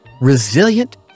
resilient